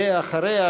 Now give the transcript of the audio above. ואחריה,